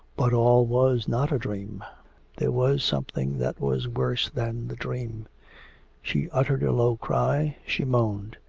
but all was not a dream there was something that was worse than the dream she uttered a low cry she moaned.